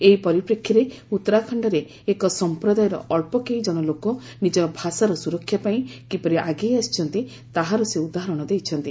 ଏହି ପରିପ୍ରେକ୍ଷୀରେ ଉତ୍ତରାଖଣ୍ଡରେ ଏକ ସଂପ୍ରଦାୟର ଅଳ୍ପ କେଇଜଣ ଲୋକ ନିଜର ଭାଷାର ସୁରକ୍ଷା ପାଇଁ କିପରି ଆଗେଇ ଆସିଛନ୍ତି ତାହାର ସେ ଉଦାହରଣ ଦେଇଛନ୍ତି